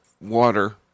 water